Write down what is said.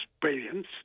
brilliance